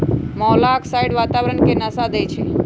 मोलॉक्साइड्स वातावरण के नाश देई छइ